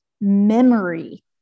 memory